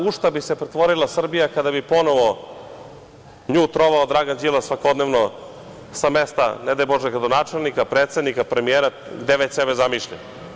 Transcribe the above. U šta bi se pretvorila Srbija kada bi ponovo nju trovao Dragan Đilas svakodnevno sa mesta, ne daj Bože, gradonačelnika, predsednika, premijera, gde već sebe zamišlja?